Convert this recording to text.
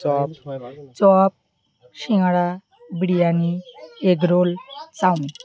chop chop সিঙাড়া biryani egg roll chowmein